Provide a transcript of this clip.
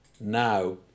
now